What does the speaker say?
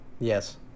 Yes